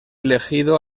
elegido